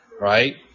right